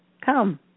Come